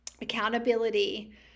accountability